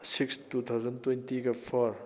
six two thousand ꯇꯣꯏꯟꯇꯤꯒ four